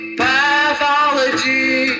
pathology